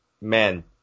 Man